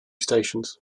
stations